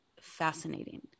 fascinating